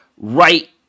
right